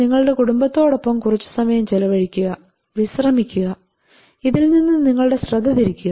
നിങ്ങളുടെ കുടുംബത്തോടൊപ്പം കുറച്ച് സമയം ചെലവഴിക്കുക വിശ്രമിക്കുക ഇതിൽ നിന്ന് നിങ്ങളുടെ ശ്രദ്ധ തിരിക്കുക